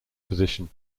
position